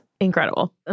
Incredible